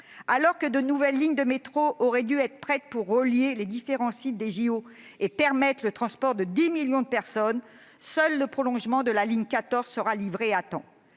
Alors que de nouvelles lignes de métro auraient dû être prêtes pour relier les différents sites olympiques et permettre le transport de 10 millions de personnes, seul le prolongement de la ligne 14 sera livré à temps.